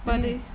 but they s~